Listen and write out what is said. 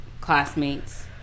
classmates